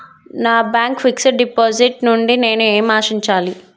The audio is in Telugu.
నా బ్యాంక్ ఫిక్స్ డ్ డిపాజిట్ నుండి నేను ఏమి ఆశించాలి?